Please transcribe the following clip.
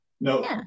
No